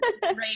great